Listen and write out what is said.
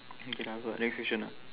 okay lah got next question lah